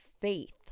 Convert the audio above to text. faith